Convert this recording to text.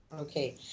okay